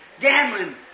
gambling